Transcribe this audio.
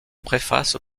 préface